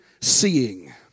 seeing